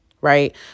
right